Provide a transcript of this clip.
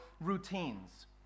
routines